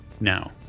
now